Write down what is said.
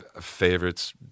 favorites